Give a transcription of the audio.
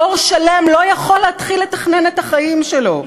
דור שלם לא יכול להתחיל לתכנן את החיים שלו.